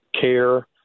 care